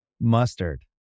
Mustard